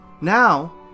now